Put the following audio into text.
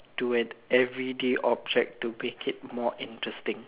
to an everyday object to make it more interesting